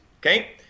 Okay